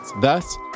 Thus